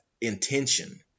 intention